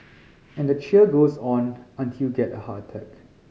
and the cheer goes on until get a heart attack